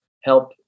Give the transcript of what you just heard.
help